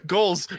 Goals